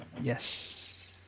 Yes